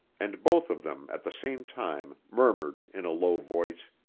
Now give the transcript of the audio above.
and both of them at the same time murmured in a low voice